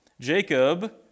Jacob